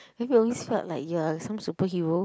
have you always felt like you are some superhero